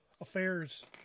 affairs